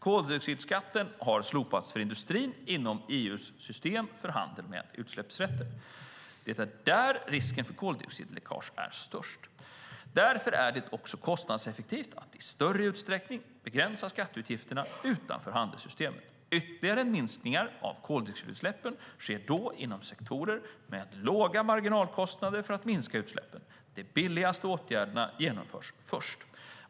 Koldioxidskatten har slopats för industrin inom EU:s system för handel med utsläppsrätter. Det är där risken för koldioxidläckage är störst. Därför är det också kostnadseffektivt att i större utsträckning begränsa skatteutgifterna utanför handelssystemet. Ytterligare minskningar av koldioxidutsläppen sker då inom sektorer med låga marginalkostnader för att minska utsläppen. De billigaste åtgärderna genomförs först.